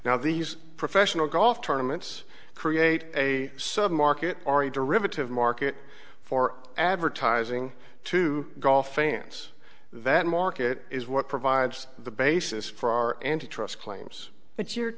now these professional golf tournaments create a sudden market or a derivative market for advertising to golf fans that market is what provides the basis for our entry trust claims but you're